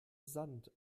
sand